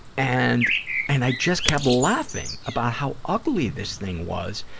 and and i just kept laughing about how ugly this thing was,